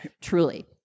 truly